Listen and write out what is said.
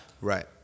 Right